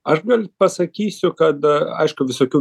aš gal pasakysiu kada aišku visokių